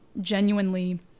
genuinely